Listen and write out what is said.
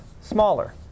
smaller